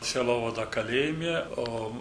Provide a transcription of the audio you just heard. sielovadą kalėjime o